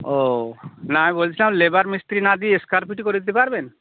ও না আমি বলছিলাম লেবার মিস্ত্রী না দিয়ে স্কোয়ার ফিটে করে দিতে পারবেন